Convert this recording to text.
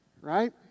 Right